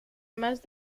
más